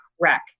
wreck